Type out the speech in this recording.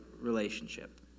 relationship